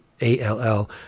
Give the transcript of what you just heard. A-L-L